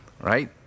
Right